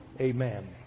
Amen